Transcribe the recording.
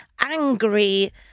angry